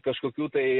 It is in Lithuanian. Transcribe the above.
kažkokių tai